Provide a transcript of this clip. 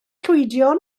llwydion